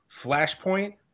Flashpoint